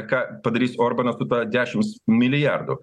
ką padarys orbanas su ta dešims milijardų